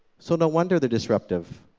so no wonder they're disruptive,